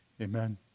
Amen